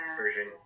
version